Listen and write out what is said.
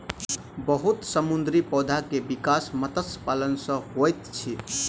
बहुत समुद्री पौधा के विकास मत्स्य पालन सॅ होइत अछि